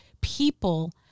people